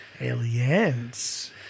Aliens